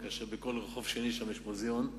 ובכל רחוב שני שם יש מוזיאון,